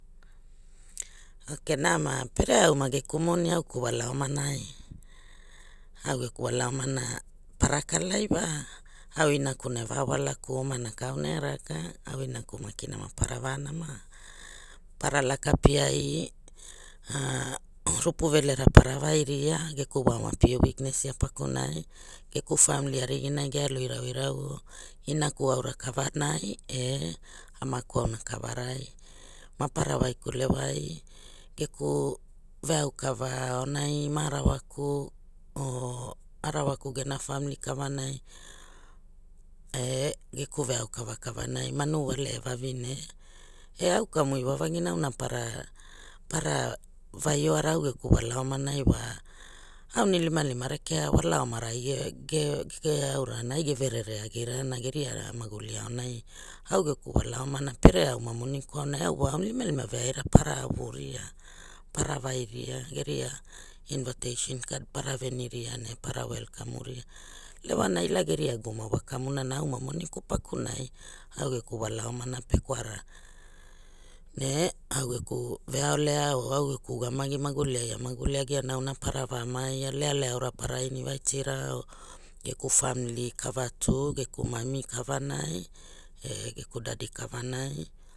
Okei nama pere au ma geku moni au geku wala omanai, au geku wala omana para kala iwa au inakna e vawalakuo omana e raka au inaku makina ma para va nama, para laka piai rupu velena para vai ria geku wa oma pie witnesia paknai gek famili ariginai ge al irau irau o inaku aura kavanai e amaku auna kavarai mapara wai kule wai geku veau leana aonai ma arawali pr arawali gema fa, oo lavanai e geku veau kava kavanai manuole e vavine e au kamu iwavagina auna parapara vai oara au geku wala omanai wa aunilimalima rekeara wala omarai ge ge ge eau rana ai ge verere ougirana geria ra maguli aonai, au geku wala omana pere au na moni kavanai au wa aunilimalima veaira para avuria para vairia geria invateisen kad, para veniria ne para welkamuria, lewana ila geria gavman wa kamuna auna moni ku pakurai au geku wala omana pekwara ne au geku veaolea or au geku ugamagi maguliai a maguli agi ana auna para va vaia lealea aura para inivaitira o geku famili kava ta geku moni kavanai e geku dadi kavanai.